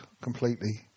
Completely